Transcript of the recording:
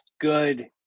good